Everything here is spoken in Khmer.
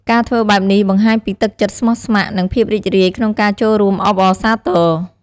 ការធ្វើបែបនេះបង្ហាញពីទឹកចិត្តស្មោះស្ម័គ្រ និងភាពរីករាយក្នុងការចូលរួមអបអរសាទរ។